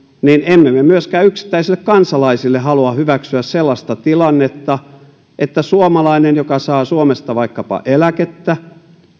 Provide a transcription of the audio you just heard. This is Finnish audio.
niin emme me myöskään yksittäisille kansalaisille halua hyväksyä sellaista tilannetta että suomalainen joka saa suomesta vaikkapa eläkettä